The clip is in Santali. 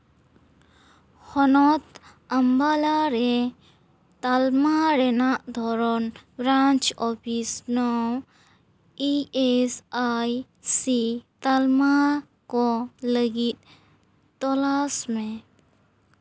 ᱦᱚᱱᱚᱛ ᱟᱢᱚᱞᱟᱨᱮ ᱛᱟᱞᱢᱟ ᱨᱮᱱᱟᱜ ᱫᱷᱚᱨᱚᱱ branch office no E S I C ᱛᱟᱞᱢᱟ ᱠᱚ ᱞᱟᱹᱜᱤᱫ ᱛᱚᱞᱟᱥ ᱢᱮ